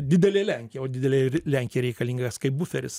didelė lenkija o didelei r lenkija reikalingas kaip buferis